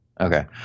Okay